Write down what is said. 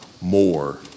more